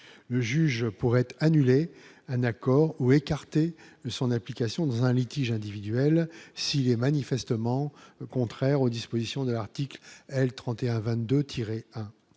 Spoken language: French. le juge pourrait être annulé un accord ou écarter son application dans un litige individuel, s'il est manifestement contraire aux dispositions de l'article L.